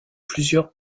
plusieurs